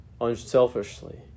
unselfishly